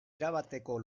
erabateko